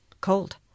cold